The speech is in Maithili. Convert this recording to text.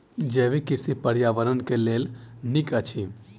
जैविक कृषि पर्यावरण के लेल नीक अछि